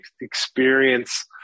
experience